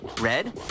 Red